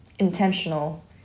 intentional